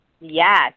Yes